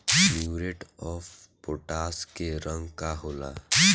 Muriate of potash के रंग का होला?